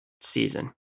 season